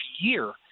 year